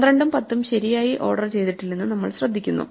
12 ഉം 10 ഉം ശരിയായി ഓർഡർ ചെയ്തിട്ടില്ലെന്ന് നമ്മൾ ശ്രദ്ധിക്കുന്നു